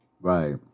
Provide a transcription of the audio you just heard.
right